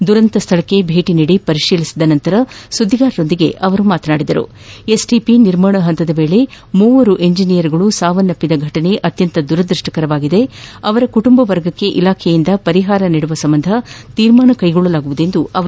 ದುರಂತ ಸ್ದಳಕ್ಕೆ ಭೇಟಿ ನೀಡಿ ಪರಿಶೀಲನೆ ನಡೆಸಿದ ಬಳಿಕ ಸುದ್ದಿಗಾರರೊಂದಿಗೆ ಮಾತನಾಡಿದ ಪರಮೇಶ್ನರ್ ಎಸ್ ಟಿ ಪಿ ನಿರ್ಮಾಣ ಹಂತದ ವೇಳೆ ಮೂವರು ಎಂಜಿನಿಯರ್ಸ್ ಸಾವನ್ನಪ್ಪಿರುವ ಘಟನೆ ಅತ್ಯಂತ ದುರದೃಷ್ಟಕರವಾಗಿದ್ದು ಅವರ ಕುಟುಂಬ ವರ್ಗಕ್ಕೆ ಇಲಾಖೆಯಿಂದ ಪರಿಹಾರ ನೀಡುವ ಸಂಬಂಧ ತೀರ್ಮಾನ ಕೈಗೊಳ್ಳಲಾಗುವುದು ಎಂದರು